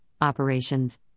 operations